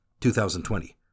2020